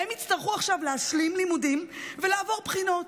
והם יצטרכו עכשיו להשלים לימודים ולעבור בחינות.